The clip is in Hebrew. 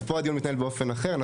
אז פה הדיון מתנהל באופן אחר,